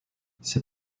ses